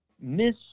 Miss